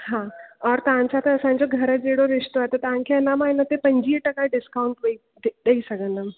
हा ओर तव्हांसां त असांजो घर जहिड़ो रिश्तो आहे त तव्हांखे अञा मां हिन ते पंजवीह टका डिस्काउंट वेई ॾेई सघंदमि